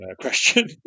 question